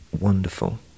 wonderful